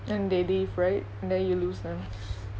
then they leave right then you lose them